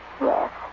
Yes